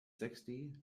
sixty